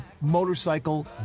motorcycle